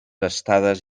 estades